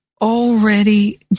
already